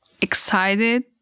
excited